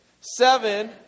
seven